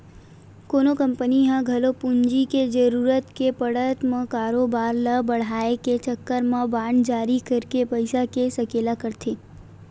कोनो कंपनी ह घलो पूंजी के जरुरत के पड़त म कारोबार ल बड़हाय के चक्कर म बांड जारी करके पइसा के सकेला करथे